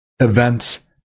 events